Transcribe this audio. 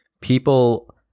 people